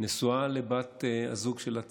נשואה לבת הזוג שלה צאלה,